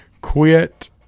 quit